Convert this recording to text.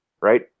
right